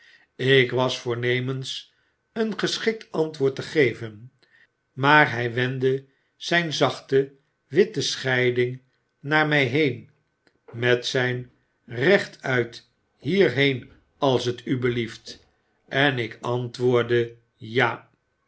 ik was voornemens een geschiktantwoordte geven maar hij wendde zyn zachte witte scheiding naar my heen met zyn recht uit hierheen als t u belieft en ik antwoordde ja